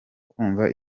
kumva